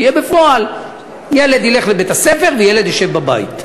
בפועל ילד ילך לבית-הספר וילד ישב בבית.